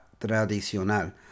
Tradicional